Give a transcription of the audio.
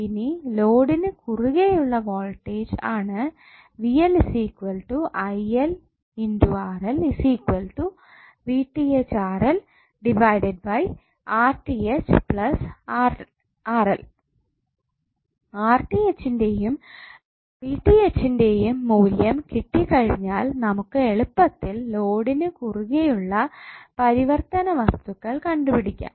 ഇനി ലോഡിന് കുറുകെ ഉള്ള വോൾടേജ് ആണ് ന്റെയും ന്റെയും മൂല്യം കിട്ടി കഴിഞ്ഞാൽ നമുക്ക് എളുപ്പത്തിൽ ലോഡിന് കുറുകെ ഉള്ള പരിവർത്തനവസ്തുക്കൾ കണ്ടുപിടിക്കാം